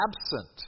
absent